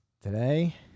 Today